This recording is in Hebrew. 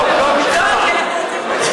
לא מלחמה,